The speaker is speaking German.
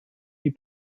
die